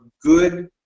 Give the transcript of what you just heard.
good